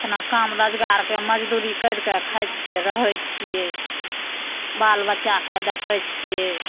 एतना काम रोजगारके मजदूरी करिके खाइ छिए रहै छिए बाल बच्चाकेँ देखै छिए